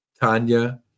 Tanya